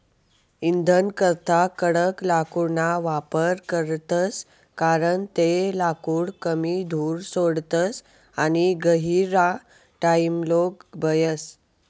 इंधनकरता कडक लाकूडना वापर करतस कारण ते लाकूड कमी धूर सोडस आणि गहिरा टाइमलोग बयस